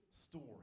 story